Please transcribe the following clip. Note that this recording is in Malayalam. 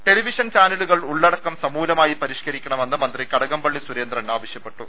ടെലിവിഷൻ ചാനലുകൾ ഉള്ളടക്കം സമൂലമായി പരിഷ്കരിക്കണ മെന്ന് മന്ത്രി കടകംപള്ളി സുരേന്ദ്രൻ ആവശ്യപ്പെട്ടു